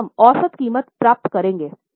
तो हम औसत कीमत प्राप्त करेंगे